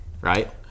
right